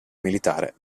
militare